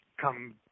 come